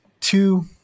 two